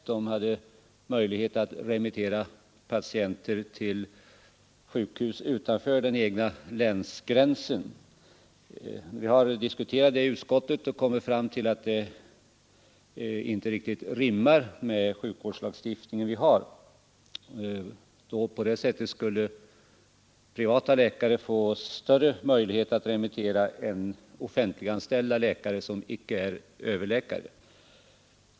Läkarna hade möjlighet att remittera patienter till sjukhus utanför den egna länsgränsen, Vi har diskuterat saken i utskottet och kommit fram till att det inte riktigt rimmar med den sjukvårdslagstiftning vi har. På det sättet skulle privata läkare få större möjlighet att remittera än offentliganställda läkare som icke är överläkare.